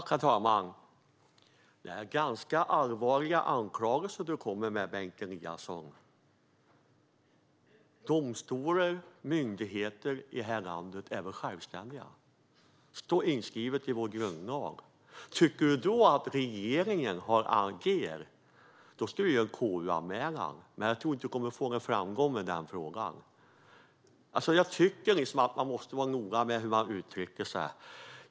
Herr talman! Det är ganska allvarliga anklagelser Bengt Eliasson kommer med. Domstolar och myndigheter i det här landet är självständiga. Det står inskrivet i vår grundlag. Om du då tycker att regeringen har agerat fel ska du göra en KU-anmälan, men jag tror inte att du kommer att få någon framgång i frågan. Jag tycker att man måste vara noga med hur man uttrycker sig.